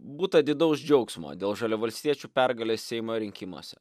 būta didaus džiaugsmo dėl žaliavalstiečių pergalės seimo rinkimuose